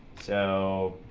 so